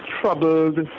troubled